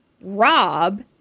Rob